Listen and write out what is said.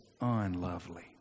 unlovely